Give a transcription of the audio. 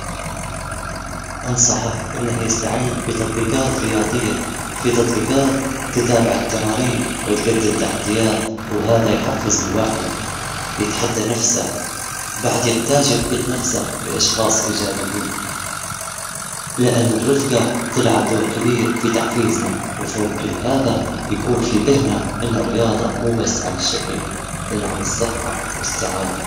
عشان تتعرف على أصحاب جدد في بلد جديد، ممكن تبدأ تشارك في فعاليات محلية أو تنضم لنادي يوافق اهتماماتك، مثل الرياضة أو دورات تعليمية. استخدم وسائل التواصل الاجتماعي عشان تشوف مجموعات أهل البلد وتتواصل معاهم. خلي أسلوبك طيب ومنفتح عشان الناس تحب تتعرف عليك وتصير العلاقات سهلة وطبيعية.